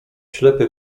ślepy